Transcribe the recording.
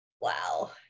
Wow